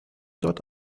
dort